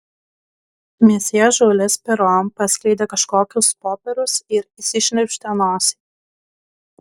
mesjė žiulis pero pasklaidė kažkokius popierius ir išsišnirpštė nosį